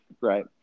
Right